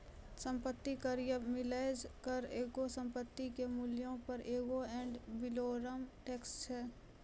सम्पति कर या मिलेज कर एगो संपत्ति के मूल्यो पे एगो एड वैलोरम टैक्स छै